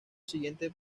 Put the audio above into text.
siguiente